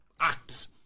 act